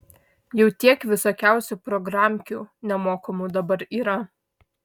jau tiek visokiausių programkių nemokamų dabar yra